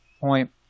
point